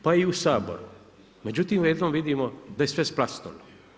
Pa i u Saboru, međutim odjednom vidimo da je sve splasnulo.